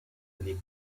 les